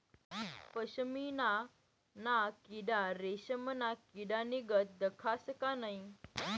पशमीना ना किडा रेशमना किडानीगत दखास का नै